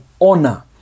honor